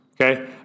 okay